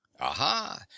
aha